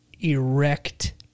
erect